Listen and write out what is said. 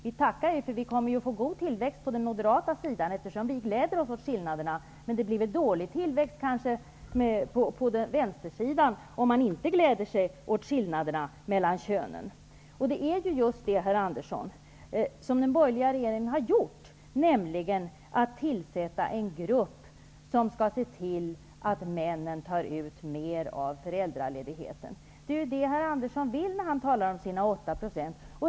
Vi kommer att få god tillväxt på den moderata sidan, eftersom vi gläder oss åt skillnaderna. Men det blir kanske dåligt med tillväxten på vänstersidan, om man inte uppskattar skillnaderna mellan könen. Den borgerliga regeringen har tillsatt en grupp som skall se till att männen tar ut mer av föräldraledigheten. Det är ju vad herr Andersson vill när han talar om sina 8 %.